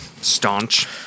Staunch